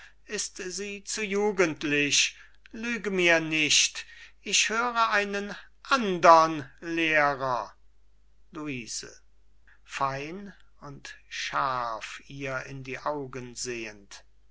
ist sie zu jugendlich lüge mir nicht ich höre einen andern lehrer luise fein und scharf ihr in die augen sehend